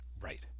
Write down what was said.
right